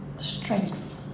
strength